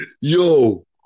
Yo